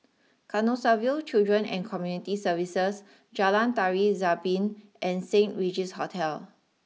Canossaville Children and Community Services Jalan Tari Zapin and Saint Regis Hotel